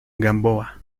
gamboa